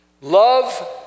love